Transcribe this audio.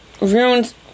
runes